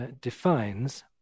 defines